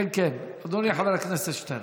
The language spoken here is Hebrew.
כן, כן, אדוני חבר הכנסת שטרן.